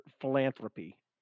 philanthropy